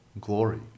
glory